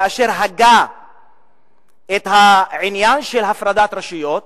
כאשר הגה את העניין של הפרדת רשויות,